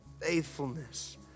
faithfulness